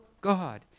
God